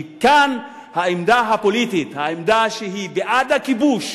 כי כאן העמדה הפוליטית, העמדה שהיא בעד הכיבוש,